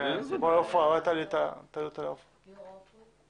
שתוכלו לראות שההגדרה